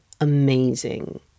amazing